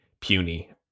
puny